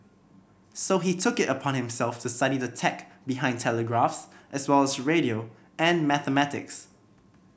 so he took it upon himself to study the tech behind telegraphs as well as radio and mathematics